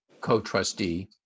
co-trustee